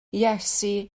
iesu